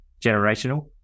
generational